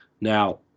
Now